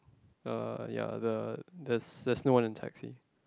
uh ya the there's there's no one in taxi